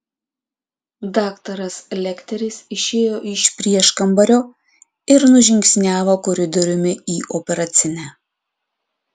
daktaras lekteris išėjo iš prieškambario ir nužingsniavo koridoriumi į operacinę